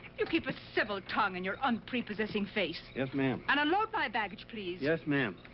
you keep a civil tongue in your unprepossessing face. yes, ma'am. and unload my baggage, please. yes, ma'am.